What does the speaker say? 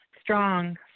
strong